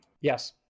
Yes